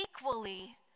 equally